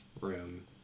room